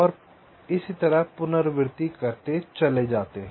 और आप पुनरावृत्ति करते चले जाते हैं